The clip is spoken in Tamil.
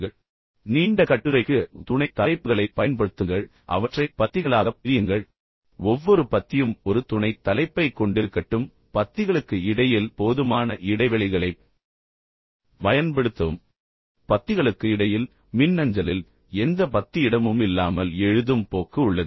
இது ஒரு நீண்ட கட்டுரை துணைத் தலைப்புகளைப் பயன்படுத்துங்கள் அவற்றைப் பத்திகளாகப் புரியுங்கள் ஒவ்வொரு பத்தியும் ஒரு துணைத் தலைப்பைக் கொண்டிருக்கட்டும் பத்திகளுக்கு இடையில் போதுமான இடைவெளிகளைப் பயன்படுத்தவும் பத்திகளுக்கு இடையில் மின்னஞ்சலில் எந்த பத்தி இடமும் இல்லாமல் எழுதும் போக்கு உள்ளது